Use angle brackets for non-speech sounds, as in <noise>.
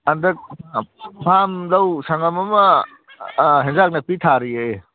<unintelligible> ꯐꯥꯔꯝꯗꯣ ꯂꯧ ꯁꯪꯉꯝ ꯑꯃ ꯑꯦꯟꯁꯥꯡ ꯅꯥꯄꯤ ꯊꯥꯔꯤꯌꯦ